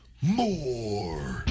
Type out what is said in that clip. more